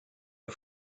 are